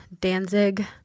Danzig